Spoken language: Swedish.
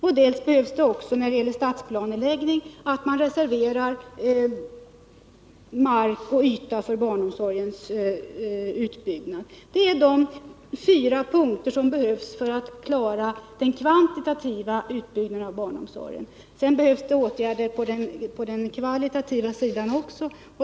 Vidare är det nödvändigt när det gäller stadsplanering att man reserverar mark och ytor för barnomsorgsutbyggnad. Detta är vad som behövs för att klara den kvantitativa utbyggnaden av barnomsorgen. Men det krävs också åtgärder när det gäller den kvalitativa sidan.